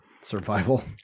survival